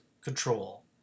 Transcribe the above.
control